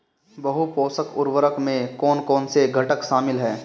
बहु पोषक उर्वरक में कौन कौन से घटक शामिल हैं?